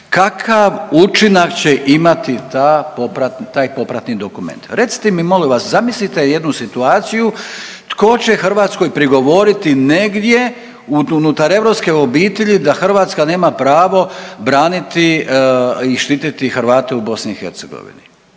ta .../nerazumljivo/... taj popravni dokument? Recite mi molim vas, zamislite jednu situaciju, tko će Hrvatskoj prigovoriti negdje unutar europske obitelji da Hrvatska nema pravo braniti i štititi Hrvate u BiH?